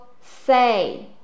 say